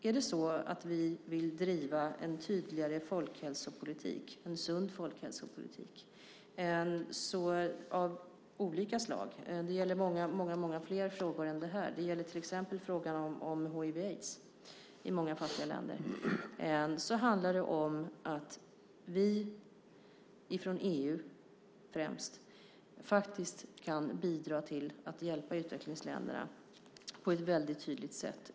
Om vi vill driva en tydligare folkhälsopolitik och en sund folkhälsopolitik av olika slag - det gäller många fler frågor än den här, till exempel frågan om hiv/aids i många fattiga länder - handlar det om att vi från EU, främst, faktiskt kan bidra till att hjälpa utvecklingsländerna på ett väldigt tydligt sätt.